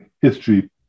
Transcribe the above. history